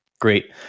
Great